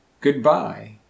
goodbye